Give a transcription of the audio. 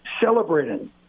celebrating